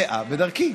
נקלע בדרכי.